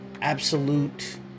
Absolute